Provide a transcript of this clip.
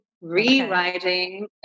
rewriting